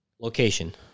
Location